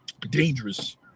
dangerous